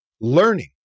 Learning